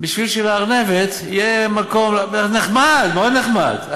בשביל שלארנבת יהיה מקום, נחמד, מאוד נחמד.